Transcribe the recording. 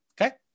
Okay